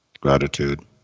Gratitude